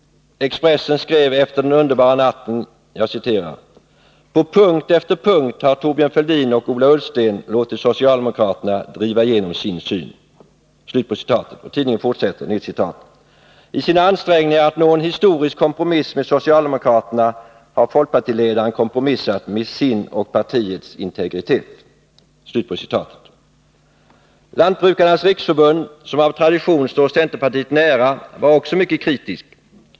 Expressen skrev efter den underbara natten: ”På punkt efter punkt har Thorbjörn Fälldin och Ola Ullsten låtit socialdemokraterna driva igenom sin syn.” Tidningen fortsätter: ”I sina ansträngningar att nå en historisk kompromiss med socialdemokratin har folkpartiledaren kompromissat med sin och partiets integritet.” Lantbrukarnas riksförbund, som av tradition står centerpartiet nära, var också mycket kritiskt.